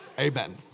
Amen